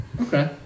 Okay